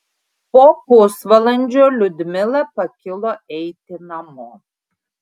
po pusvalandžio liudmila pakilo eiti namo